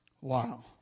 Wow